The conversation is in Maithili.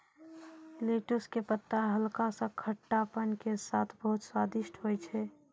लैटुस के पत्ता हल्का सा खट्टापन के साथॅ बहुत स्वादिष्ट होय छै